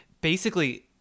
basically-